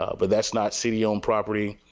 ah but that's not city owned property.